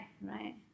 right